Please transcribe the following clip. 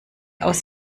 aus